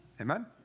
Amen